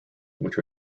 which